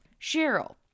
Cheryl